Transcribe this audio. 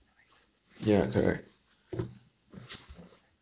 ya correct